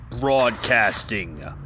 Broadcasting